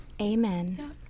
Amen